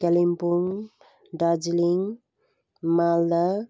Kalimpong Darjeeling Malda